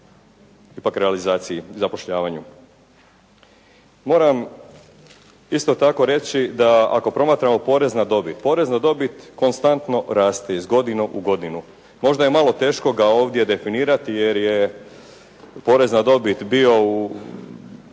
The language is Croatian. ipak realizaciji i zapošljavanju. Moram isto tako reći da ako promatramo porez na dobit, porez na dobit konstantno raste, iz godine u godinu. Možda je malo teško ga ovdje definirati jer je porez na dobit bio u